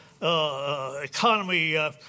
economy